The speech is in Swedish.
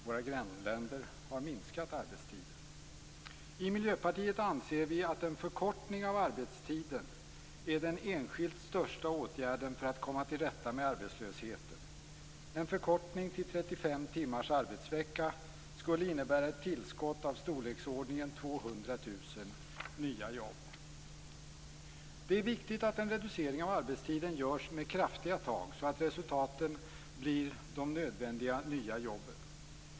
Våra grannländer har minskat den. I Miljöpartiet anser vi att en förkortning av arbetstiden är den enskilt största åtgärden för att komma till rätta med arbetslösheten. En förkortning till 35 timmars arbetsvecka skulle innebära ett tillskott av storleksordningen 200 000 nya jobb. Det är viktigt att en reducering av arbetstiden görs med kraftiga tag, så att resultaten blir de nödvändiga nya jobben.